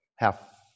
Half